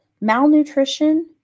malnutrition